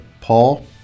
Paul